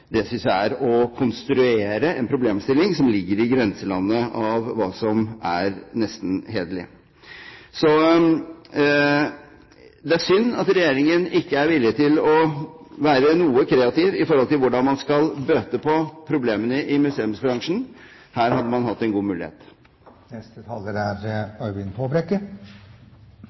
synes jeg er å konstruere en problemstilling som ligger i grenselandet for hva som er hederlig. Det er synd at regjeringen ikke er villig til å være noe kreativ når det gjelder hvordan man skal bøte på problemene i museumsbransjen. Her hadde man hatt en god mulighet.